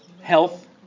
Health